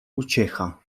uciecha